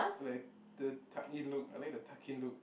like the tuck in look I like the tucked in look